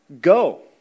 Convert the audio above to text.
Go